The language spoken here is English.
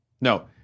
No